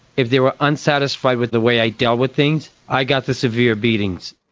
if they were unsatisfied with the way i dealt with things i got the severe beatings.